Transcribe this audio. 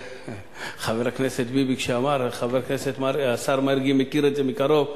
כשחבר הכנסת ביבי אמר שהשר מרגי מכיר את זה מקרוב,